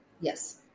Yes